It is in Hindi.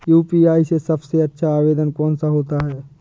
यू.पी.आई में सबसे अच्छा आवेदन कौन सा होता है?